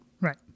Right